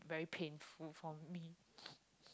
very painful for me